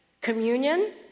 Communion